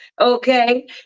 Okay